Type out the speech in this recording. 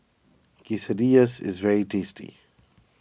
Quesadillas is very tasty